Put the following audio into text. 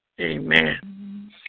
Amen